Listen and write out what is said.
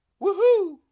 woohoo